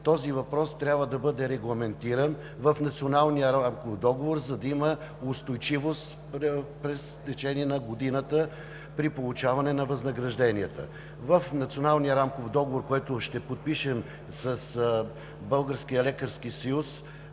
този въпрос трябва да бъде регламентиран в Националния рамков договор, за да има в течение на годината устойчивост при получаване на възнагражденията. В Националния рамков договор, който ще подпишем с Българския лекарски съюз